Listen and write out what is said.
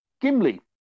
Gimli